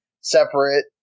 separate